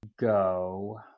go